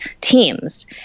teams